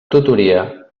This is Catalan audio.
tutoria